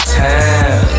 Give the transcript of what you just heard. time